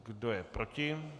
Kdo je proti?